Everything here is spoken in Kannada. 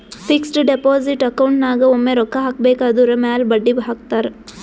ಫಿಕ್ಸಡ್ ಡೆಪೋಸಿಟ್ ಅಕೌಂಟ್ ನಾಗ್ ಒಮ್ಮೆ ರೊಕ್ಕಾ ಹಾಕಬೇಕ್ ಅದುರ್ ಮ್ಯಾಲ ಬಡ್ಡಿ ಹಾಕ್ತಾರ್